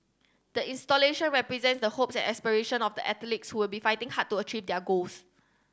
the installation represents the hopes and aspiration of the athletes who would be fighting hard to achieve their goals